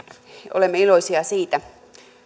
olemme iloisia siitä